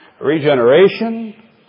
Regeneration